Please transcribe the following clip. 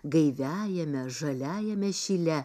gaiviajame žaliajame šile